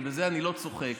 ובזה אני לא צוחק,